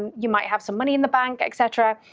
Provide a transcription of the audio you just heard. you might have some money in the bank, et cetera,